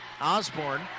Osborne